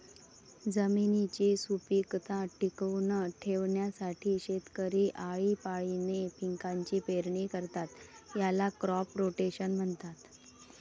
जमिनीची सुपीकता टिकवून ठेवण्यासाठी शेतकरी आळीपाळीने पिकांची पेरणी करतात, याला क्रॉप रोटेशन म्हणतात